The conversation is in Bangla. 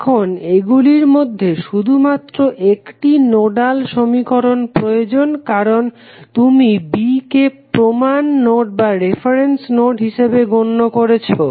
এখন এগুলির মধ্যে শুধুমাত্র একটি নোডাল সমীকরণ প্রয়োজন কারণ তুমি B কে প্রমান নোড হিসেবে গণ্য করেছো